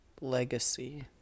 Legacy